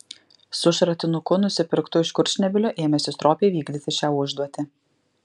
su šratinuku nusipirktu iš kurčnebylio ėmėsi stropiai vykdyti šią užduotį